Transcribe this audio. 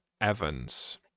Evans